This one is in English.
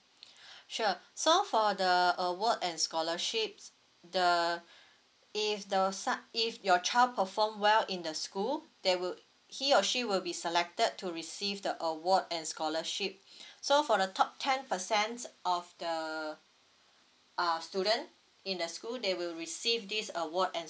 sure so for the award and scholarships the if the son if your child perform well in the school they would he or she will be selected to receive the award and scholarship so for the top ten percent of the err student in the school they will receive this award and